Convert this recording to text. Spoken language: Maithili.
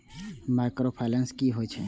माइक्रो फाइनेंस कि होई छै?